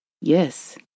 Yes